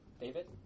David